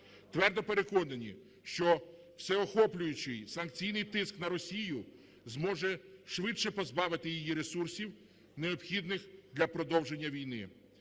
Твердо переконані, що всеохоплюючий санкційний тиск на Росію зможе швидше позбавити її ресурсів, необхідних для продовження війни.